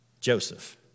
Joseph